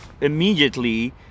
immediately